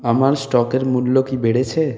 আমার স্টকের মূল্য কি বেড়েছে